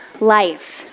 life